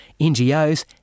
NGOs